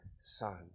Son